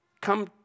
come